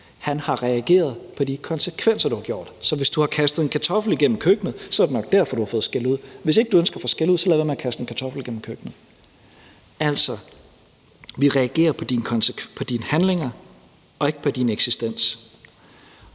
Han har reageret på de handlinger, du har gjort. Så hvis du har kastet en kartoffel igennem køkkenet, er det nok derfor, du har fået skældud. Hvis du ikke ønsker at få skældud, så lad være med at kaste en kartoffel igennem køkkenet. Altså, vi reagerer på de dine handlinger og ikke på din eksistens.